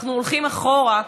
אנחנו הולכים אחורה,